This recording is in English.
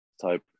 Type